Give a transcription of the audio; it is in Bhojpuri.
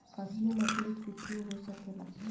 असली नकली कुच्छो हो सकेला